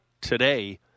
today